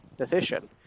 decision